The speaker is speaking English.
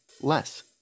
less